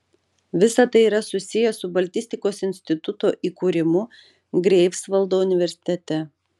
visa tai yra susiję su baltistikos instituto įkūrimu greifsvaldo universitete